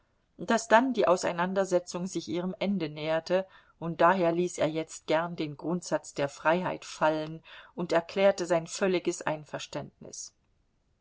daß dann die auseinandersetzung sich ihrem ende näherte und daher ließ er jetzt gern den grundsatz der freiheit fallen und erklärte sein völliges einverständnis